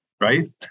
right